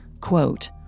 Quote